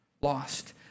lost